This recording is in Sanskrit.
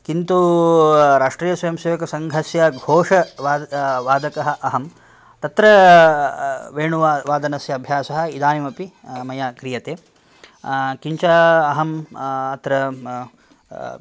किन्तु राष्ट्रीयस्वयंसेवकसङ्घस्य घोष वा वादकः अहं तत्र वेणुवा वादनस्य अभ्यासः इदानीमपि मया क्रियते किञ्च अहं अत्र